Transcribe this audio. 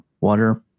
water